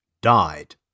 died